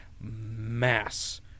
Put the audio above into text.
mass